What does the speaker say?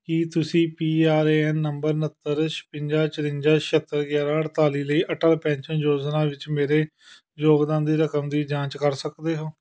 ਕੀ ਤੁਸੀਂ P R A N number ਉਣੱਤਰ ਛਪੰਜਾ ਚੁਰੰਜਾ ਛਿਹੱਤਰ ਗਿਆਰਾਂ ਅਠਤਾਲੀ ਲਈ ਅਟਲ ਪੈਨਸ਼ਨ ਯੋਜਨਾ ਵਿੱਚ ਮੇਰੇ ਯੋਗਦਾਨ ਦੀ ਰਕਮ ਦੀ ਜਾਂਚ ਕਰ ਸਕਦੇ ਹੋ